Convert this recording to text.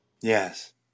yes